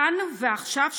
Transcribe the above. כאן ועכשיו,